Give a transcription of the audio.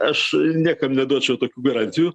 aš niekam neduočiau tokių garantijų